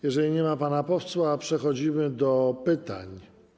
Jeżeli nie ma pana posła, przechodzimy do pytań.